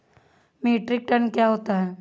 Metric ton क्या होता है?